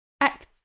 act